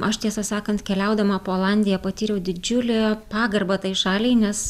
aš tiesą sakant keliaudama po olandiją patyriau didžiulę pagarbą tai šaliai nes